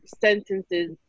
sentences